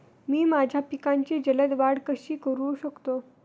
मी माझ्या पिकांची जलद वाढ कशी करू शकतो?